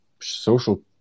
social